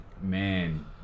man